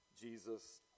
Jesus